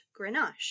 Grenache